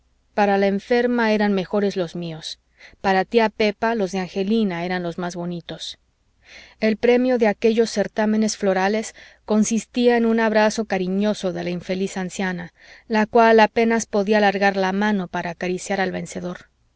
para la enferma eran mejores los míos para tía pepa los de angelina eran los más bonitos el premio de aquellos certámenes florales consistía en un abrazo cariñoso de la infeliz anciana la cual apenas podía alargar la mano para acariciar al vencedor